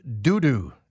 doo-doo